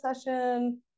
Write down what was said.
session